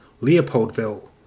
Leopoldville